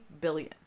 billion